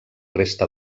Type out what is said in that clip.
resta